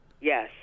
Yes